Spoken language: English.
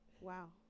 Wow